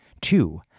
Two